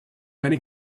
many